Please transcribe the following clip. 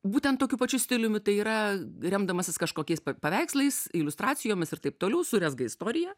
būtent tokiu pačiu stiliumi tai yra remdamasis kažkokiais paveikslais iliustracijomis ir taip toliau surezga istoriją